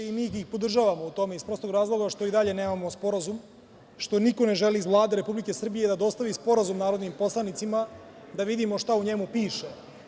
Mi ih podržavamo u tome, iz prostog razloga što i dalje nemamo sporazum, što niko ne želi iz Vlade Republike Srbije da dostavi sporazum narodnim poslanicima da vidimo šta u njemu piše.